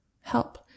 help